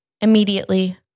Immediately